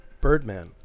Birdman